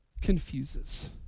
confuses